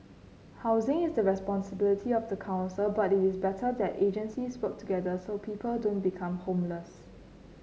housing is the responsibility of the council but it is better that agencies work together so people don't become homeless